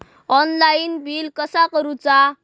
Online bill कसा करुचा?